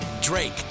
Drake